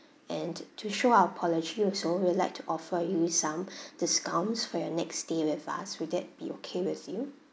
and to show our apology also we would like to offer you some discounts for your next stay with us will that be okay with you